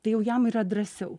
tai jau jam yra drąsiau